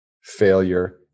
failure